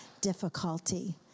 difficulty